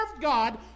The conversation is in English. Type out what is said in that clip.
God